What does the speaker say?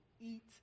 eat